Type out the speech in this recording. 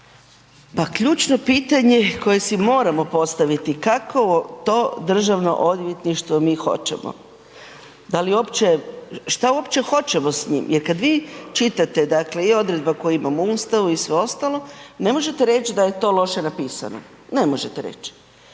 Pa ključno pitanje koji si moramo postaviti kakvo to Državno odvjetništvo mi hoćemo, šta uopće hoćemo s njim jer kada vi čitate dakle i odredba koju imamo u Ustavu i sve ostalo, ne možete reći da je to loše napisano, ne možete reć.